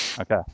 Okay